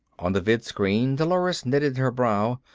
on the vidscreen dolores knitted her brow.